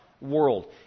world